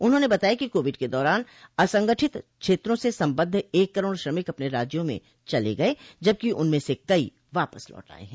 उन्होंने बताया कि कोविड के दौरान असंगठित क्षेत्रों से सम्बद्ध एक करोड श्रमिक अपने राज्यों में चले गए जबकि उनमें से कई वापस लौट आए हैं